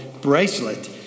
bracelet